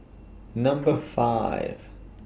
Number five